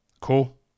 Cool